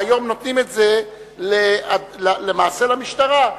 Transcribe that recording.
והיום נותנים את זה למעשה למשטרה,